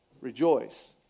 Rejoice